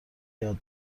یاد